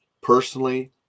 Personally